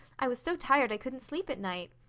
i was so tired i couldn't sleep at night.